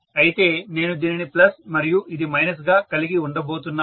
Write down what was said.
అయితే నేను దీనిని ప్లస్ మరియు ఇది మైనస్ గా కలిగి ఉండబోతున్నాను